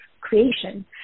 creation